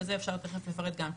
וזה אפשר תכף לפרט גם כן.